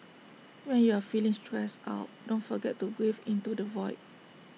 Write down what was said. when you are feeling stressed out don't forget to breathe into the void